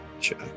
Sure